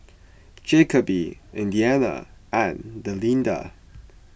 Jacoby Indiana and Delinda